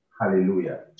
hallelujah